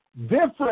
different